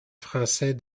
français